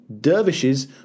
Dervishes